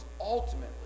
ultimately